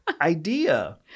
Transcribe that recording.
idea